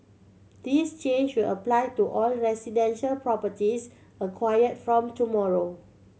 this change will apply to all residential properties acquired from tomorrow